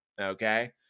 okay